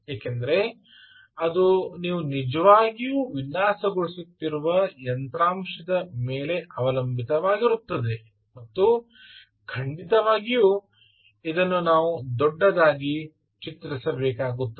ಏಕೆಂದರೆ ಅದು ನೀವು ನಿಜವಾಗಿಯೂ ವಿನ್ಯಾಸಗೊಳಿಸುತ್ತಿರುವ ಯಂತ್ರಾಂಶದ ಮೇಲೆ ಅವಲಂಬಿತವಾಗಿರುತ್ತದೆ ಮತ್ತು ಖಂಡಿತವಾಗಿಯೂ ಇದನ್ನು ನಾವು ದೊಡ್ಡದಾಗಿ ಚಿತ್ರಿಸಬೇಕಾಗುತ್ತದೆ